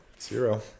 Zero